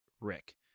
Rick